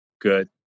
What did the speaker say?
good